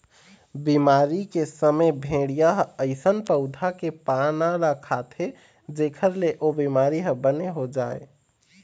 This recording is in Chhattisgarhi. बिमारी के समे भेड़िया ह अइसन पउधा के पाना ल खाथे जेखर ले ओ बिमारी ह बने हो जाए